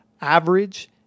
average